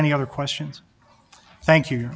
any other questions thank you